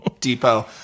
depot